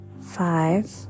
Five